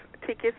tickets